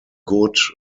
good